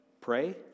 pray